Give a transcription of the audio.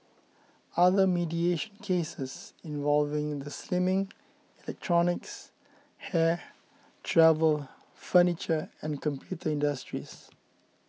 other mediation cases involved the slimming electronics hair travel furniture and computer industries